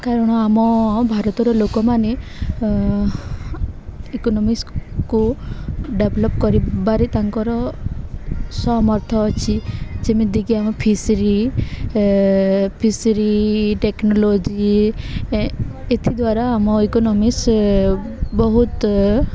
କାରଣ ଆମ ଭାରତର ଲୋକମାନେ ଇକୋନୋମିସ୍କୁ ଡେଭଲପ କରିବାରେ ତାଙ୍କର ସମର୍ଥ ଅଛି ଯେମିତିକି ଆମ ଫିସରୀ ଫିସରୀ ଟେକ୍ନୋଲୋଜି ଏଥିଦ୍ଵାରା ଆମ ଇକୋନୋମିସ୍ ବହୁତ